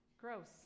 Gross